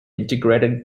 integrated